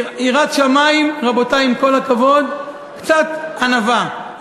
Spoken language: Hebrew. יראת שמים, רבותי, עם כל הכבוד, קצת ענווה.